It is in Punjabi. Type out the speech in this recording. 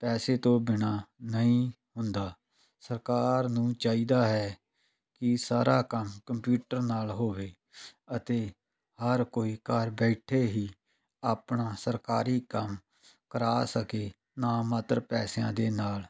ਪੈਸੇ ਤੋ ਬਿਨਾਂ ਨਹੀਂ ਹੁੰਦਾ ਸਰਕਾਰ ਨੂੰ ਚਾਹੀਦਾ ਹੈ ਕਿ ਸਾਰਾ ਕੰਮ ਕੰਪਿਊਟਰ ਨਾਲ ਹੋਵੇ ਅਤੇ ਹਰ ਕੋਈ ਘਰ ਬੈਠੇ ਹੀ ਆਪਣਾ ਸਰਕਾਰੀ ਕੰਮ ਕਰਾ ਸਕੇ ਨਾ ਮਾਤਰ ਪੈਸਿਆਂ ਦੇ ਨਾਲ